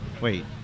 Wait